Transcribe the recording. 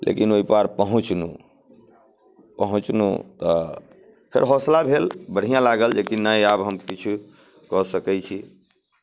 लेकिन ओहि पार पहुँचलहुँ पहुँचलहुँ तऽ फेर हौसला भेल बढ़िआँ लागल जे कि नहि आब हम किछु कऽ सकै छी